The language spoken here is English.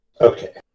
Okay